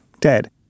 dead